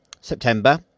September